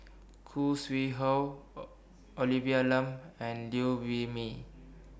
Khoo Sui Hoe Olivia Lum and Liew Wee Mee